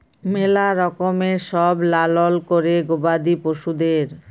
ম্যালা রকমের সব লালল ক্যরে গবাদি পশুদের